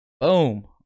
Boom